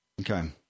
Okay